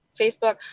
Facebook